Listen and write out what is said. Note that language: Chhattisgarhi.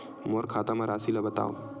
मोर खाता म राशि ल बताओ?